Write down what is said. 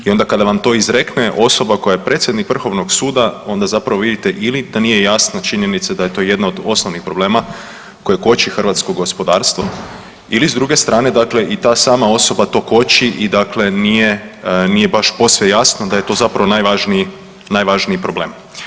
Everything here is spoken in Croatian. I onda kada vam to izrekne osoba koja je predsjednik VSRH-a, onda zapravo vidite ili da nije jasna činjenica da je to jedan od osnovnih problema koje koči hrvatsko gospodarstvo ili s druge strane, dakle i ta sama osoba to koči i dakle nije baš posve jasno da je to zapravo najvažniji problem.